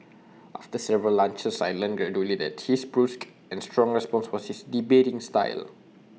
after several lunches I learnt gradually that his brusque and strong response was his debating style